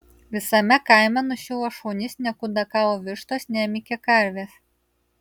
visame kaime nuščiuvo šunys nekudakavo vištos nemykė karvės